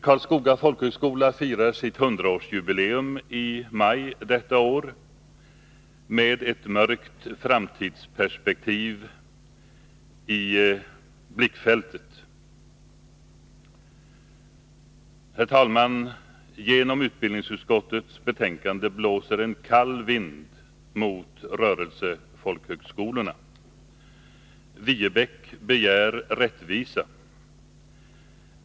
Karlskoga folkhögskola firar sitt 100-årsjubileum i maj detta år med ett mörkt framtidsperspektiv i blickfältet. Herr talman! Genom utbildningsutskottets betänkande blåser en kall vind mot rörelsefolkhögskolorna. Viebäck begär rättvisa.